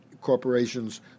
corporations